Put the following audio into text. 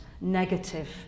negative